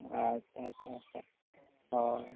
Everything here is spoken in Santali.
ᱟᱪᱪᱷᱟ ᱟᱪᱪᱷᱟ ᱦᱳᱭ